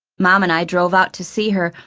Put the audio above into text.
mom and i drove out to see her,